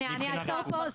אני אעצור פה.